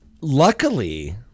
Luckily